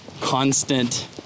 constant